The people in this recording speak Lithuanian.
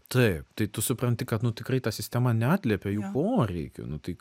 taip tai tu supranti kad nu tikrai ta sistema neatliepia jų poreikių nu tai